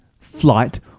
flight